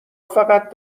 فقط